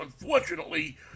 unfortunately